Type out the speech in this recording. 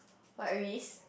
what risk